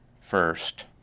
first